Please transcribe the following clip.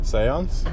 Seance